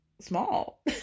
small